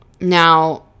Now